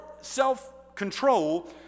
self-control